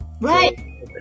Right